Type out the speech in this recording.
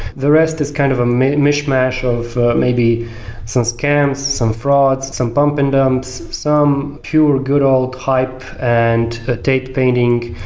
the rest is kind of a mismatch of maybe some scams, some frauds, some pump and dumps, some pure good old hype and take painting.